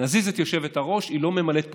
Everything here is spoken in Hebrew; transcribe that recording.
נזיז את היושבת-ראש, היא לא ממלאת פקודות.